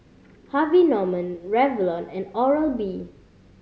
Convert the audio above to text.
Harvey Norman Revlon and Oral B